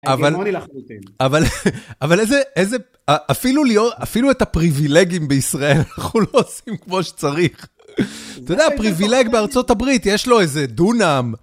אבל, אבל, אבל איזה, איזה, אפילו ליאור, אפילו את הפריבילגים בישראל, אנחנו לא עושים כמו שצריך. אתה יודע, הפריבילג בארצות הברית, יש לו איזה דונם.